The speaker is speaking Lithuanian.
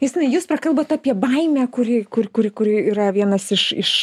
justinai jūs prakalbot apie baimę kuri kur kuri kuri yra vienas iš iš